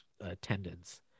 Attendance